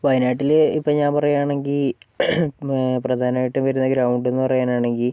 വയനാട്ടില് ഇപ്പം ഞാൻ പറയുവാണെങ്കിൽ പ്രധാനമായിട്ട് വരുന്ന ഗ്രൗണ്ടെന്ന് പറയുവാനാണെങ്കിൽ